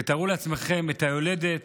תתארו לעצמכם את היולדת